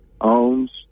owns